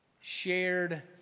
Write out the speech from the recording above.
Shared